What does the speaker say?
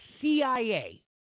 CIA